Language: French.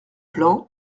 plan